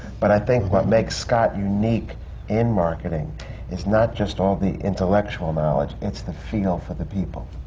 but i think what makes scott unique in marketing is not just all the intellectual knowledge, it's the feel for the people.